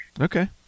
Okay